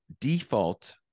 default